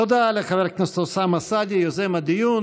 תודה לחבר הכנסת אוסאמה סעדי, יוזם הדיון.